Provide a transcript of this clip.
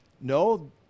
no